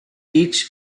each